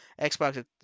Xbox